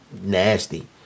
Nasty